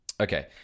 Okay